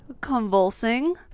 convulsing